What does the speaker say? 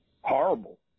horrible